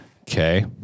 Okay